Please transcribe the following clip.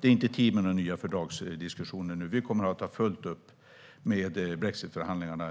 Det är inte tid för nya fördragsdiskussioner nu. Vi kommer att ha fullt upp med brexitförhandlingarna.